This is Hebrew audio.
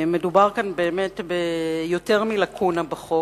מדובר כאן באמת ביותר מלקונה בחוק.